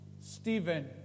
Stephen